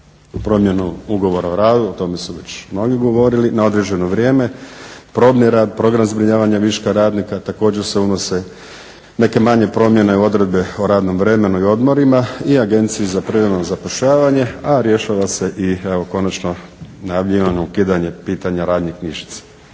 na promjenu ugovora o radu, o tome su već mnogi govorili na određeno vrijeme, probni rad, program zbrinjavanja viška radnika, također se unose neke manje promjene u odredbe o radnom vremenu i odmorima i agenciji za privremeno zapošljavanje a rješava se i evo konačno najavljivano ukidanje pitanja radne knjižice.